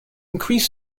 increase